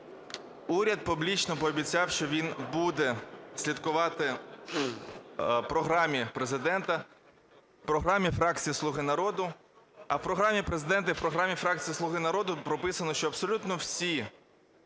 Уряд публічно пообіцяв, що він буде слідкувати програмі Президента, програмі фракції "Слуга народу", а в програмі Президента, і в програмі фракції "Слуга народу" прописано, що абсолютно всі